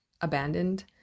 abandoned